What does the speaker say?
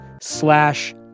slash